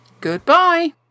Goodbye